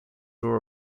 draw